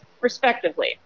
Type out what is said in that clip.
respectively